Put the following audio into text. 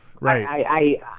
Right